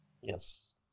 Yes